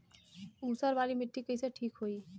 ऊसर वाली मिट्टी कईसे ठीक होई?